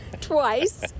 twice